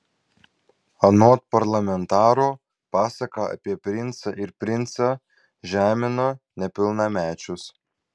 anot parlamentaro pasaka apie princą ir princą žemina nepilnamečius